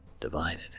divided